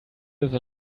live